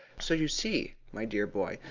so you see, my dear boy,